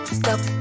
stop